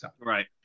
Right